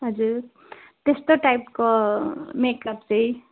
हजुर त्यस्तो टाइपको मेकअप चाहिँ